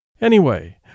Anyway